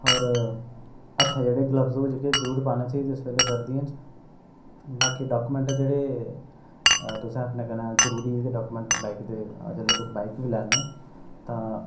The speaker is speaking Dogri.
और हत्थें जेह्ड़े ग्लब्ज जेह्के जरूर पाने चाहिदे जेस्स बेल्ले सर्दियें च बाकी डाकुमेंट जेह्ड़े तुसें अपने कन्नै जरूरी जेह्ड़े डाकुमेंट बाइक दे जेल्ले तुस बाइक बी चलाने तां